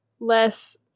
Less